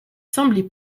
semblé